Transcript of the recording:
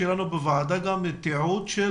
שיהיה לנו בוועדה תיעוד של